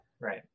Right